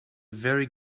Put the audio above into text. very